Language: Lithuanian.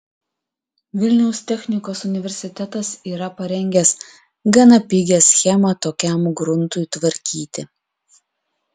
vilniaus technikos universitetas yra parengęs gana pigią schemą tokiam gruntui tvarkyti